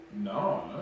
No